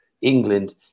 England